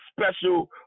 special